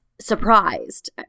surprised